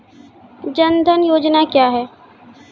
जन धन योजना क्या है?